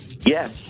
yes